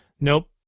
Nope